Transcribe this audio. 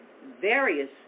various